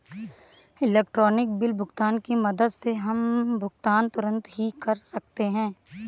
electronic bill भुगतान की मदद से हम भुगतान तुरंत ही कर सकते हैं